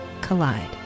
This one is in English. collide